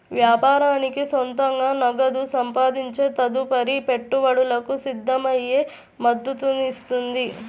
వ్యాపారానికి సొంతంగా నగదు సంపాదించే తదుపరి పెట్టుబడులకు సిద్ధమయ్యే మద్దతునిస్తుంది